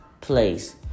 Place